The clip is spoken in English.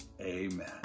Amen